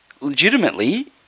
legitimately